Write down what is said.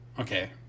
Okay